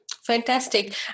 Fantastic